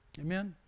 Amen